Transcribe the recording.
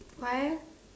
why eh